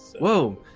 Whoa